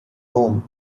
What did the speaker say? home